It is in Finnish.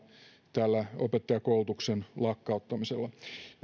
tällä opettajakoulutuksen lakkauttamisella